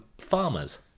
farmers